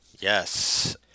Yes